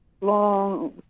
long